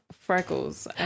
Freckles